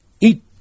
eat